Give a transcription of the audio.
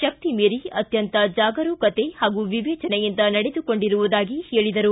ಶಕ್ತಿಮೀರಿ ಅತ್ಯಂತ ಜಾಗರೂಕತೆ ಹಾಗೂ ವಿವೇಚನೆಯಿಂದ ನಡೆದುಕೊಂಡಿರುವುದಾಗಿ ಹೇಳಿದರು